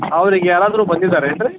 ಅವ್ರಿಗೆ ಯಾರಾದರು ಬಂದಿದಾರೇನ್ರಿ